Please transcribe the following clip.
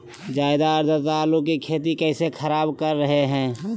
ज्यादा आद्रता आलू की खेती कैसे खराब कर रहे हैं?